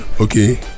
okay